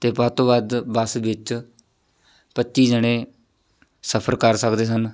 ਅਤੇ ਵੱਧ ਤੋਂ ਵੱਧ ਬੱਸ ਵਿੱਚ ਪੱਚੀ ਜਾਣੇ ਸਫਰ ਕਰ ਸਕਦੇ ਸਨ